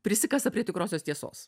prisikasa prie tikrosios tiesos